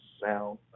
sound